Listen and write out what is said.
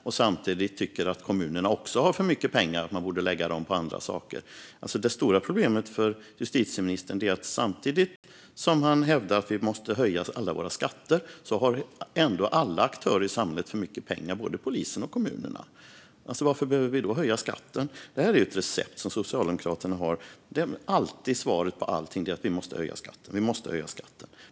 Han säger också att kommunerna har för mycket pengar och att man borde lägga dem på andra saker. Detta är det stora problemet för justitieministern: Samtidigt som han hävdar att vi måste höja alla våra skatter har ändå alla aktörer i samhället för mycket pengar, både polisen och kommunerna. Varför behöver vi då höja skatten? Det här är ett recept som Socialdemokraterna har. Att vi måste höja skatten är alltid svaret på allting.